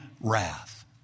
wrath